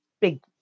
big